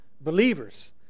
Believers